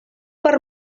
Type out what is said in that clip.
per